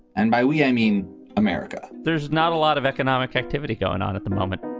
and by we, i mean america. there's not a lot of economic activity going on at the moment